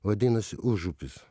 vadinasi užupis